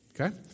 Okay